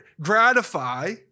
gratify